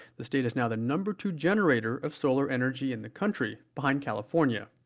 the state is now the number two generator of solar energy in the country, behind california.